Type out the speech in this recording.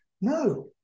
No